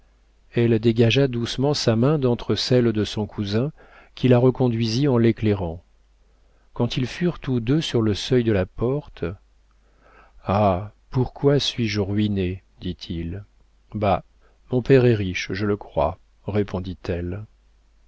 elle dégagea doucement sa main d'entre celles de son cousin qui la reconduisit en l'éclairant quand ils furent tous deux sur le seuil de la porte ah pourquoi suis-je ruiné dit-il bah mon père est riche je le crois répondit-elle